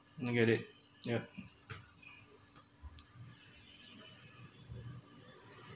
I get it yup